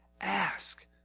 ask